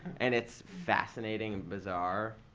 and it's fascinating and bizarre.